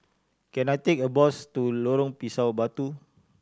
can I take a bus to Lorong Pisang Batu